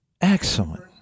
Excellent